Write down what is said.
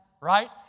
right